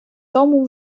тому